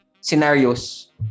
scenarios